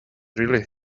really